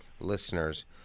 listeners